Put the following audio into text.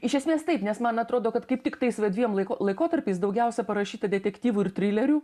iš esmės taip nes man atrodo kad kaip tik tais va dviem laiko laikotarpiais daugiausia parašyta detektyvų ir trilerių